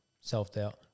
self-doubt